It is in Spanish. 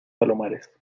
palomares